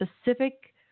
specific